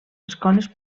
escoles